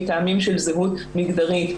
מטעמים של זהות מגדרית.